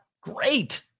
great